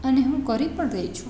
અને હું કરી પણ રહી છું